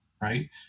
right